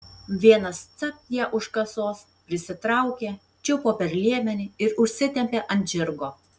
vienas capt ją už kasos prisitraukė čiupo per liemenį ir užsitempė ant žirgo